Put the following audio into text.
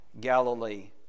Galilee